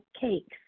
cakes